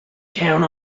count